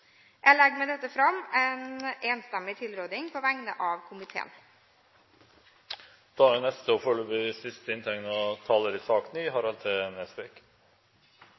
Jeg legger med dette fram en enstemmig tilråding på vegne av komiteen. Jeg vil slutte opp om det saksordføreren sa i